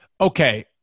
Okay